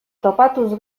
topatuz